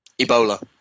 Ebola